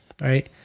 Right